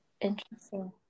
Interesting